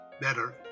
better